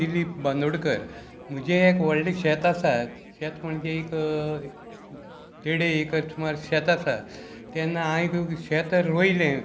दिलीप बांदोडकर म्हजे एक व्हडले शेत आसा शेत म्हणजे एक देडे एक सुमार शेत आसा तेन्ना हांवे शेत रोयलें